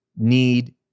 need